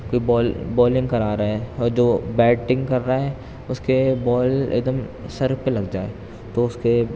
کوئی بالنگ کرا رہا ہے اور جو بیٹنگ کر رہا ہے اس کے بال ایک دم سر پہ لگ جائے تو اس کے